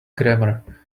grammar